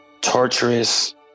torturous